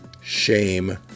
shame